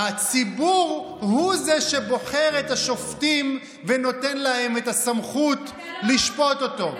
הציבור הוא זה שבוחר את השופטים ונותן להם את הסמכות לשפוט אותו.